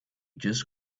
just